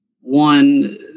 one